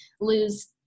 lose